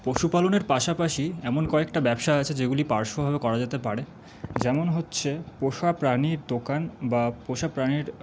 পশুপালনের পাশাপাশি এমন কয়েকটা ব্যবসা আছে যেগুলি পার্শ্বভাবে করা যেতে পারে যেমন হচ্ছে পোষা প্রাণীর দোকান বা পোষা প্রাণীর